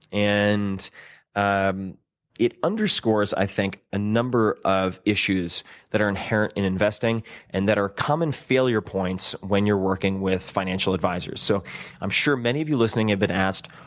and it underscores, i think, a number of issues that are inherent in investing and that are common failure points when you're working with financial advisors. so i'm sure many of you listening have been asked,